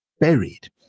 buried